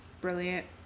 brilliant